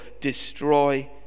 destroy